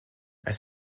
elle